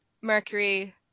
Mercury